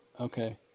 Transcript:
Okay